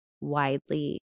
widely